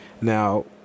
Now